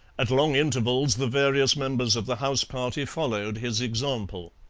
at long intervals the various members of the house-party followed his example.